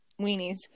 weenies